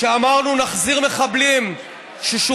כשאמרנו: נחזיר לכלא מחבלים ששוחררו,